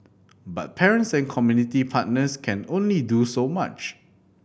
but parents and community partners can only do so much